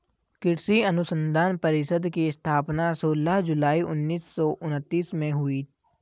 कृषि अनुसंधान परिषद की स्थापना सोलह जुलाई उन्नीस सौ उनत्तीस में हुई